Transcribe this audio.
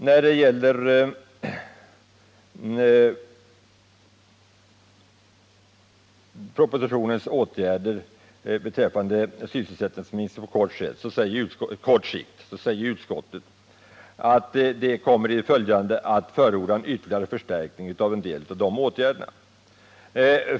När det gäller propositionens förslag till åtgärder mot sysselsättningsminskningen på kort sikt säger utskottet: ”Utskottet kommer i det följande att förorda en ytterligare förstärkning av en del av dessa åtgärder.